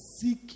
seek